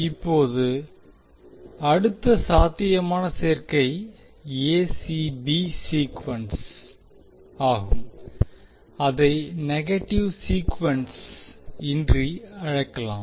இப்போது அடுத்த சாத்தியமான சேர்க்கை எ சி பி சீக்குவென்ஸ் ஆகும் அதை நெகட்டிவ் சீக்குவென்ஸ் இன்றி அழைக்கலாம்